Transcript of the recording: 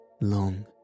long